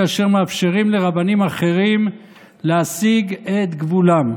כאשר מאפשרים לרבנים אחרים להסיג את גבולם.